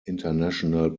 international